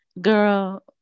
girl